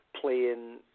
playing